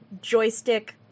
joystick